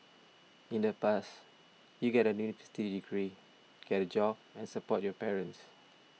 in the past you get a university degree get a job and support your parents